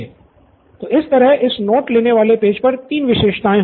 तो इस तरह इस नोट लेने वाले पेज पर तीन विशेषताएँ होंगी